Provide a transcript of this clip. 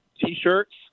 t-shirts